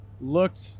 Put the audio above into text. looked